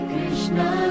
Krishna